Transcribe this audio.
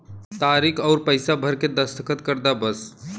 तारीक अउर पइसा भर के दस्खत कर दा बस